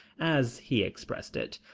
as he expressed it.